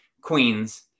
Queens